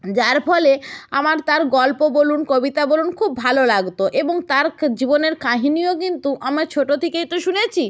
যার ফলে আমার তার গল্প বলুন কবিতা বলুন খুব ভালো লাগতো এবং তার জীবনের কাহিনিও কিন্তু আমার ছোটো থেকেই তো শুনেছি